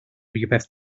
rywbeth